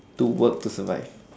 to work to survive